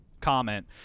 comment